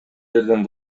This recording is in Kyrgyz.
жерден